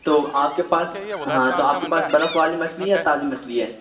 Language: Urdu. تو آپ کے پاس ہاں تو آپ کے پاس برف والی مچھلی ہے یا تازی مچھلی ہے